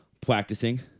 practicing